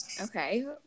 okay